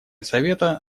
совета